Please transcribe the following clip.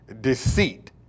deceit